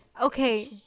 Okay